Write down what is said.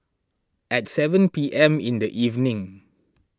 at seven P M in the evening